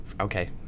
okay